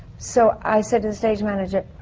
so i said to the stage manager,